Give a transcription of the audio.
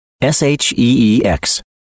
S-H-E-E-X